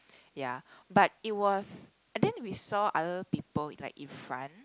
ya but it was I think we saw other people like in front